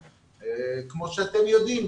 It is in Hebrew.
כמו שאתם יודעים,